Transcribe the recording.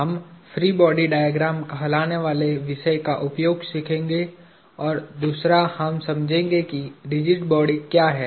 हम free body diagram कहलाने वाले विषय का उपयोग सीखेंगे और दूसरा हम समझेंगे कि रिजिड बॉडी क्या है